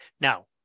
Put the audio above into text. Now